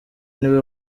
niwe